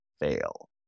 fail